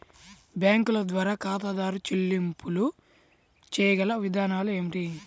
బ్యాంకుల ద్వారా ఖాతాదారు చెల్లింపులు చేయగల విధానాలు ఏమిటి?